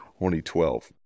2012